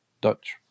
dutch